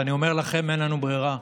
ואני אומר לכם, אין לנו ברירה.